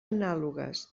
anàlogues